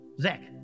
Zach